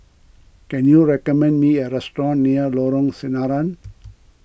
can you recommend me a restaurant near Lorong Sinaran